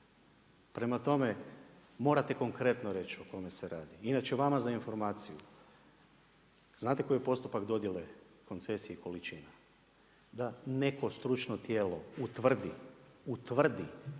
Prema tome, morate konkretno reći o kome se radi. Inače vama za informaciju, znate koji je postupak dodjele koncesije i količina, da neko stručno tijelo utvrdi količine